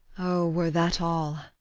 o, were that all!